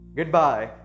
Goodbye